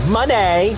Money